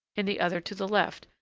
in the other to the left,